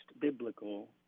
biblical